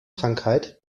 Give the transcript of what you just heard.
krankheit